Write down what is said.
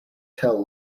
tell